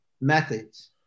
methods